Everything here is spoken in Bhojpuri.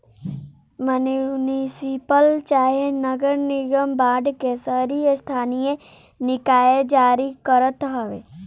म्युनिसिपल चाहे नगर निगम बांड के शहरी स्थानीय निकाय जारी करत हवे